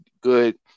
good